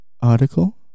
article